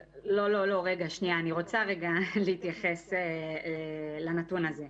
רגע, אני רוצה להתייחס לנתון הזה.